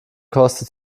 kostet